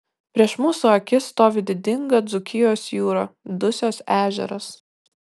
prieš mūsų akis stovi didinga dzūkijos jūra dusios ežeras